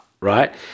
Right